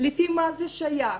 למה זה שייך?